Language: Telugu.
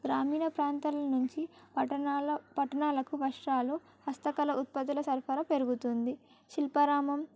గ్రామీణ ప్రాంతాల నుంచి పట్టణాల పట్టణాలకు వస్త్రాలు హస్తకళ ఉత్పత్తుల సరఫరా పెరుగుతుంది శిల్పరామం